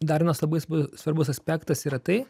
dar vienas labai svarbus aspektas yra tai